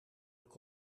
ook